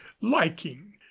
liking